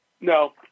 No